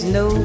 no